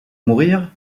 mourir